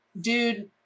dude